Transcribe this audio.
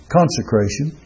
Consecration